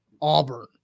Auburn